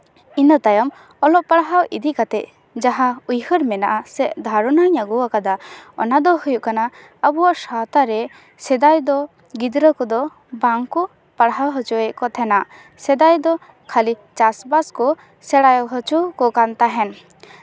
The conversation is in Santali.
ᱤᱱᱟᱹ ᱛᱟᱭᱚᱢ ᱚᱞᱚᱜ ᱯᱟᱲᱦᱟᱣ ᱤᱫᱤ ᱠᱟᱛᱮ ᱡᱟᱦᱟᱸ ᱩᱭᱦᱟᱹᱨ ᱢᱮᱱᱟᱜᱼᱟ ᱥᱮ ᱫᱷᱟᱨᱚᱱᱟᱹᱧ ᱟᱹᱜᱩ ᱠᱟᱫᱟ ᱚᱱᱟ ᱫᱚ ᱦᱩᱭᱩᱜ ᱠᱟᱱᱟ ᱟᱵᱚᱣᱟᱜ ᱥᱟᱶᱛᱟ ᱨᱮ ᱥᱮᱫᱟᱭ ᱫᱚ ᱜᱤᱫᱽᱨᱟᱹ ᱠᱚᱫᱚ ᱵᱟᱝ ᱠᱚ ᱯᱟᱲᱦᱟᱣ ᱦᱚᱪᱚᱭᱮᱜ ᱠᱚ ᱛᱟᱦᱮᱱᱟ ᱥᱮᱫᱟᱭ ᱫᱚ ᱠᱷᱟᱹᱞᱤ ᱪᱟᱥᱼᱟᱥ ᱠᱚ ᱥᱮᱬᱟ ᱦᱚᱪᱚ ᱠᱟᱱ ᱛᱟᱦᱮᱱ